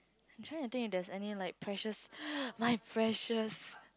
I'm trying to think if there's any like precious my precious